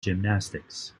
gymnastics